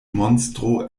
monstro